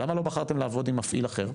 למה לא בחרתם לעבוד עם מפעיל אחר?